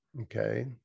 Okay